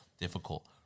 difficult